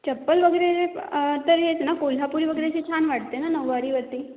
चप्पल वगैरे तर हेच ना कोल्हापुरी वगैरे अशी छान वाटते ना नऊवारीवरती